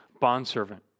bondservant